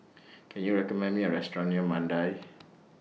Can YOU recommend Me A Restaurant near Mandai